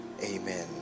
Amen